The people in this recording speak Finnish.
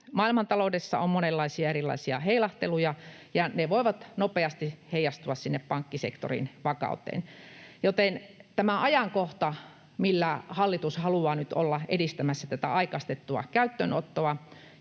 Maailmantaloudessa on monenlaisia erilaisia heilahteluja, ja ne voivat nopeasti heijastua sinne pankkisektorin vakauteen, joten tämä ajankohta, millä hallitus haluaa nyt olla edistämässä tätä aikaistettua käyttöönottoa,